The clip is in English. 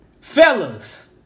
Fellas